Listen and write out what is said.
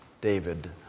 David